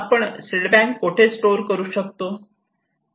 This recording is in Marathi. आपण सीड बँक कोठे स्टोअर करू शकतो